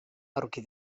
aurki